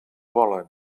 volen